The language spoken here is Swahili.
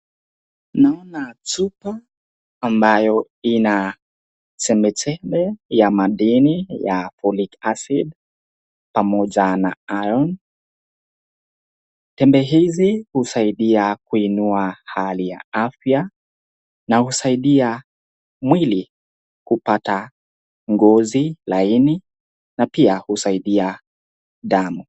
Naona chupa ambayo ina chembechembe ya madini ya Folic acid pamoja na Iron . Tembe hizi husaidia kuinua hali ya afya na husaidia mwili kupata ngozi laini na pia husaidia damu.